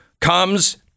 comes